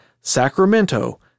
Sacramento